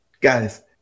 guys